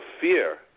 fear